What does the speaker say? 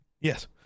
Yes